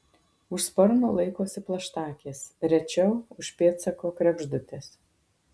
už sparno laikosi plaštakės rečiau už pėdsako kregždutės